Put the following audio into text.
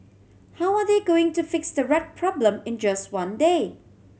how are they going to fix the rat problem in just one day